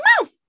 mouth